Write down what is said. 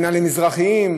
שנאה למזרחים,